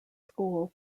school